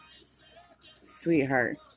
Sweetheart